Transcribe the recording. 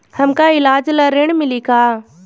हमका ईलाज ला ऋण मिली का?